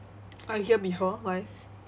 I hear before why